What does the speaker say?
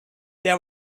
they